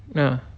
ah